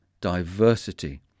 diversity